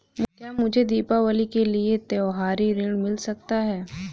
क्या मुझे दीवाली के लिए त्यौहारी ऋण मिल सकता है?